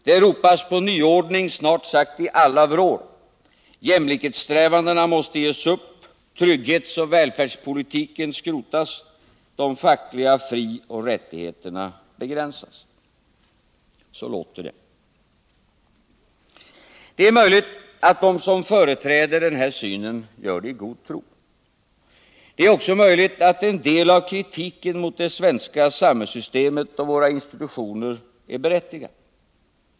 Det ropas på nyordning snart sagt i alla vrår: jämlikhetssträvandena måste ges upp, trygghetsoch välfärdspolitiken skrotas, de fackliga frioch rättigheterna begränsas. Det är möjligt att de som företräder den här synen gör det i god tro. Det är också möjligt att en del av kritiken mot det svenska samhällssystemet och våra institutioner är berättigad.